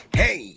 hey